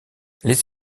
les